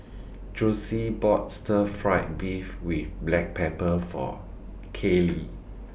Jossie bought Stir Fried Beef with Black Pepper For Kellee